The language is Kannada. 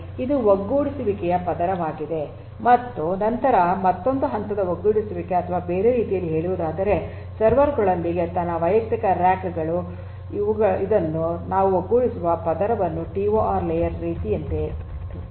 ಇದು ಒಟ್ಟುಗೂಡಿಸುವಿಕೆಯ ಪದರವಾಗಿದೆ ಮತ್ತು ನಂತರ ಮತ್ತೊಂದು ಹಂತದ ಒಟ್ಟುಗೂಡಿಸುವಿಕೆ ಅಥವಾ ಬೇರೆ ರೀತಿಯಲ್ಲಿ ಹೇಳುವುದಾದರೆ ಸರ್ವರ್ ಗಳೊಂದಿಗೆ ವಿಭಿನ್ನ ವೈಯಕ್ತಿಕ ರ್ಯಾಕ್ ಗಳು ಇದನ್ನು ನಾವು ಒಟ್ಟುಗೂಡಿಸುವ ಪದರವನ್ನು ಟಿಒಆರ್ ಲೇಯರ್ ರೀತಿಯಂತೆ ಕರೆಯಬಹುದು